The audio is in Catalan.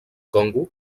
congo